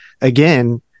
again